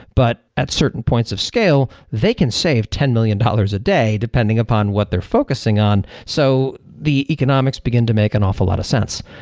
but at certain points of scale they can save ten million dollars a day depending upon what they're focusing on. so the economics begin to make an awful lot of sense.